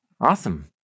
awesome